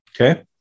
Okay